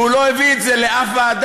והוא לא הביא את זה לאף ועדה,